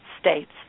states